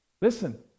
Listen